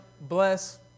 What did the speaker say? bless